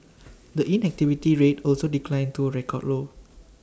the inactivity rate also declined to A record low